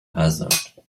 hazard